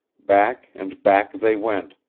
back and back they went,